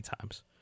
times